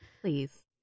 Please